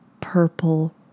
purple